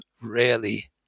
rarely